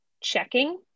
checking